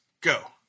Go